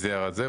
מזה ירד זה,